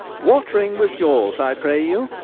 what ring was yours, i pray you?